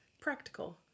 practical